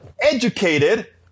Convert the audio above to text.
educated